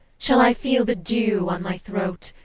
shall i feel the dew on my throat,